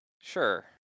Sure